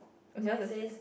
yours the